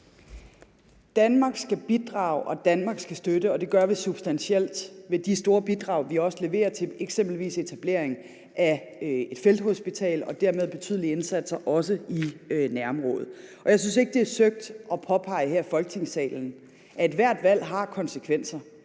Danmark skal bidrage og Danmark skal støtte, og det gør vi substantielt ved de store bidrag, vi også leverer til eksempelvis etablering af felthospitaler og dermed til betydelige indsatser også i nærområdet. Jeg synes ikke, det er søgt at påpege her i Folketingssalen, at ethvert valg har konsekvenser.